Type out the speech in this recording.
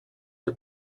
are